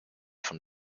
von